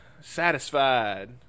satisfied